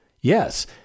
Yes